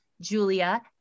Julia